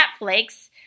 Netflix